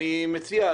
אני מציע,